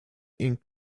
ink